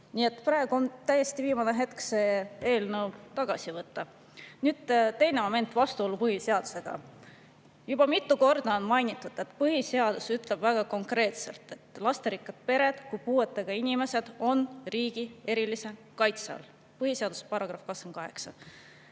praegu on täiesti viimane hetk see eelnõu tagasi võtta. Nüüd, teine moment: vastuolu põhiseadusega. Juba mitu korda on mainitud, et põhiseadus ütleb väga konkreetselt: lasterikkad pered ja puuetega inimesed on riigi erilise kaitse all. [See on] põhiseaduse §-s 28.